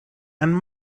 and